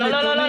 גברתי.